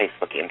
Facebook